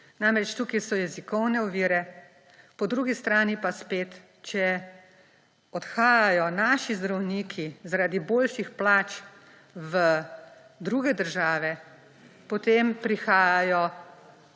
Namreč, tukaj so jezikovne ovire. Po drugi strani pa spet, če odhajajo naši zdravniki zaradi boljših plač v druge države, potem prihajajo